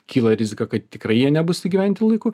kyla rizika kad tikrai jie nebus įgyvendinti laiku